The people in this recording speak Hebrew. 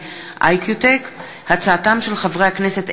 רות קלדרון,